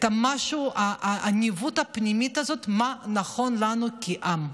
את הניווט הפנימי הזה, מה נכון לנו כעם.